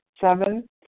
Seven